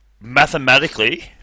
Mathematically